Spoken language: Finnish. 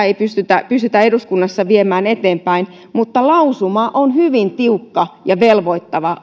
ei pystytä pystytä eduskunnassa viemään eteenpäin mutta lausuma on hyvin tiukka ja velvoittava